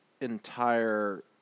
entire